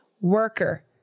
worker